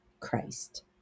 christ